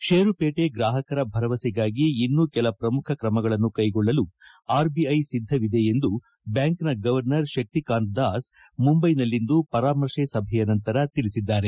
ಷೇರುಪೇಟೆ ಗ್ರಾಹಕರ ಭರವಸೆಗಾಗಿ ಇನ್ನೂ ಕೆಲ ಪ್ರಮುಖ ಕ್ರಮಗಳನ್ನು ಕೈಗೊಳ್ಳಲು ಆರ್ಐಐ ಸಿದ್ದವಿದೆ ಎಂದು ಬ್ಬಾಂಕ್ನ ಗವರ್ನರ್ ಶಕ್ತಿಕಾಂತ್ ದಾಸ್ ಮುಂಬೈನಲ್ಲಿಂದು ಪರಾಮರ್ಶೆ ಸಭೆಯ ನಂತರ ತಿಳಿಸಿದ್ದಾರೆ